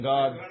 God